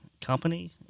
company